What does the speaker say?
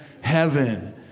heaven